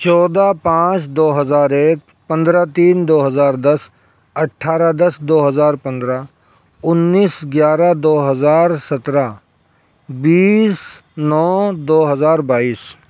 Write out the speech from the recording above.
چودہ پانچ دو ہزار ایک پندرہ تین دو ہزار دس اٹھارہ دس دو ہزار پندرہ انیس گیارہ دو ہزار سترہ بیس نو دو ہزار بائیس